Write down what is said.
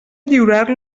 lliurar